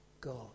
God